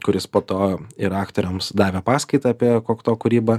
kuris po to ir aktoriams davė paskaitą apie kokto kūrybą